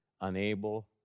unable